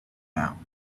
now